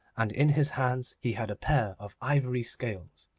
and in his hands he had a pair of ivory scales.